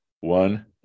One